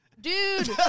Dude